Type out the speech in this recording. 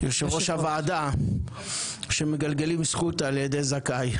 יושב ראש הוועדה שמגלגלים זכות על ידי זכאי,